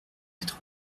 quatre